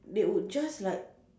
they would just like